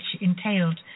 entailed